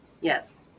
Yes